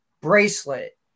bracelet